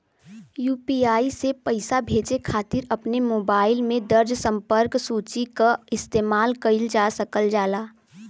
UPI से पइसा भेजे खातिर अपने मोबाइल में दर्ज़ संपर्क सूची क इस्तेमाल कइल जा सकल जाला